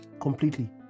completely